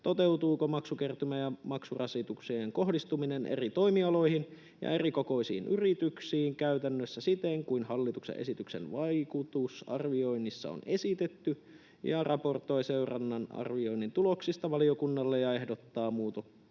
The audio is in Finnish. toteutuuko maksukertymä ja maksurasituksen kohdistuminen eri toimialoihin ja erikokoisiin yrityksiin käytännössä siten kuin hallituksen esityksen vaikutusarvioinnissa on esitetty, raportoi seurannan ja arvioinnin tuloksista valiokunnalle ja ehdottaa